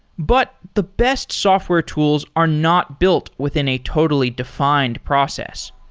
but the best software tools are not built within a totally defined process.